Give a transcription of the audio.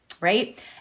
right